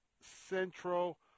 central